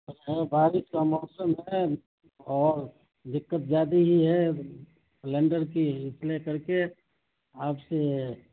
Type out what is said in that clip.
بارش کا موسم ہے اور دقت زیادہ ہی ہے سلنڈر کی اس لے کر کے آپ سے